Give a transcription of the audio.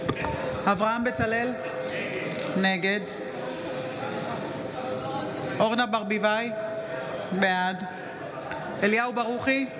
אברהם בצלאל, נגד אורנה ברביבאי, בעד אליהו ברוכי,